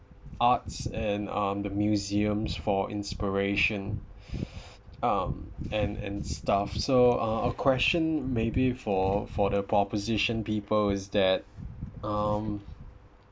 arts and um the museums for inspiration um and and stuff so uh a question maybe for for the proposition people is that um